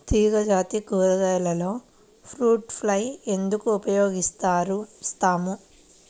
తీగజాతి కూరగాయలలో fruit fly ఎందుకు ఉపయోగిస్తాము?